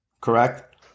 correct